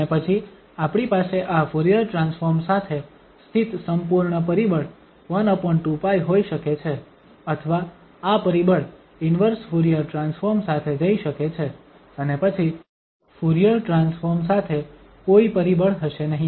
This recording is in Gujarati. અને પછી આપણી પાસે આ ફુરીયર ટ્રાન્સફોર્મ સાથે સ્થિત સંપૂર્ણ પરિબળ 12π હોઈ શકે છે અથવા આ પરિબળ ઇન્વર્સ ફુરીયર ટ્રાન્સફોર્મ સાથે જઈ શકે છે અને પછી ફુરીયર ટ્રાન્સફોર્મ સાથે કોઈ પરિબળ હશે નહીં